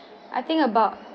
I think about